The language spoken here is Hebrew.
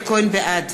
בעד